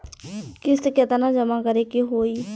किस्त केतना जमा करे के होई?